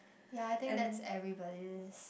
ya I think that's everybody